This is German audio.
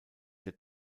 der